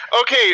Okay